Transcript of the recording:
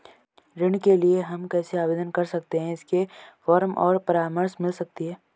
ऋण के लिए हम कैसे आवेदन कर सकते हैं इसके फॉर्म और परामर्श मिल सकती है?